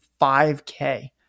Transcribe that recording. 5K